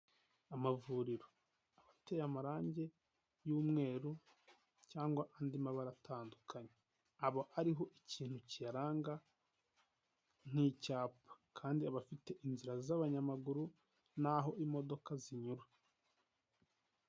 Amavuriro abateye amarangi y'umweru cyangwa andi mabara atandukanye, haba hariho ikintu kiyaranga nk'icyapa kandi aba afite inzira z'abanyamaguru n'aho imodoka zinyura.